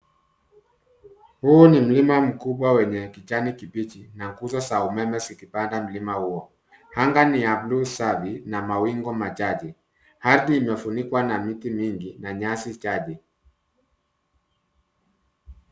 Huu ni mlima mkubwa wenye kijani kibichi na nguzo za umeme zikipanda mlima huo. Anga ni ya bluu safi na mawingu machache. Ardhi imefunikwa na miti mingi na nyasi chache.